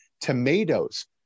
Tomatoes